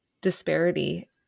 disparity